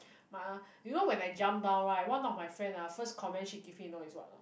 my you know when I jump down right one of my friend ah first comment she give me you know is what or not